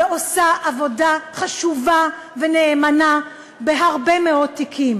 ועושה עבודה חשובה ונאמנה בהרבה מאוד תיקים.